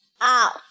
out